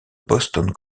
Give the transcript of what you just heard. boston